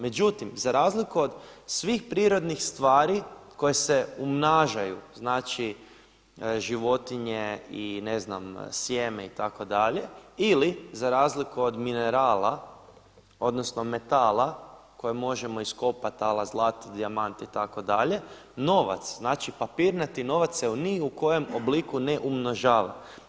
Međutim, za razliku od svih prirodnih stvari koje se umnažaju, znači životinje i ne znam sjeme itd. ili za razliku od minerala, odnosno metala koje možemo iskopati ala zlato, dijamant itd., novac, znači papirnati novac se ni u kojem obliku ne umnožava.